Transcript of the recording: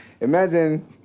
Imagine